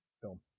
film